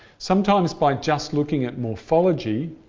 sometimes by just looking at morphology,